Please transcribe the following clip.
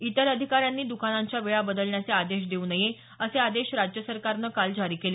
इतर अधिकाऱ्यांनी द्कानांच्या वेळा बदलण्याचे आदेश देऊ नये असे आदेश राज्य सरकारनं काल जारी केले